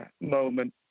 moment